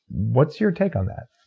what's your take on that?